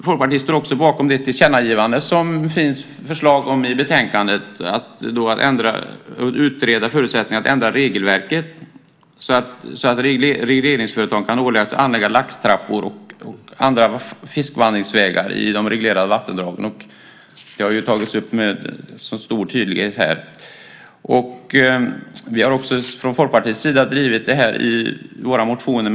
Folkpartiet står också bakom det tillkännagivande som det finns förslag om i betänkandet, att utreda förutsättningen att ändra regelverket så att regleringsföretag kan åläggas att anlägga laxtrappor och andra fiskvandringsvägar i de reglerade vattendragen. Det har ju tagits upp med stor tydlighet här. Från Folkpartiets sida har vi drivit detta i våra motioner.